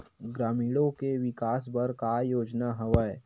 ग्रामीणों के विकास बर का योजना हवय?